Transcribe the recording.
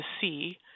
see